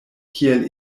kiel